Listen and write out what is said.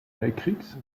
weltkriegs